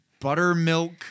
buttermilk